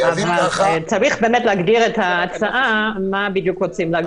צריך להגדיר את ההצעה, מה בדיוק רוצים.